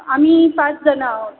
आम्ही पाचजण आहोत